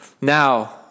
Now